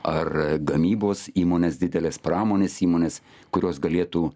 ar gamybos įmones dideles pramonės įmones kurios galėtų